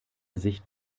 sicht